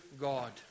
God